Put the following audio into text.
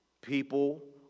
people